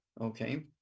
okay